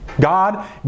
God